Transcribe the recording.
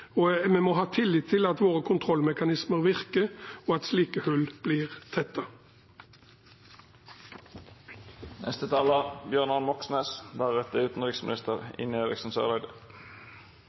Vi må ha tillit til at våre kontrollmekanismer virker, og at slike hull blir